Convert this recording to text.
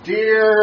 Dear